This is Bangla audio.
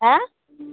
হ্যাঁ